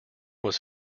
was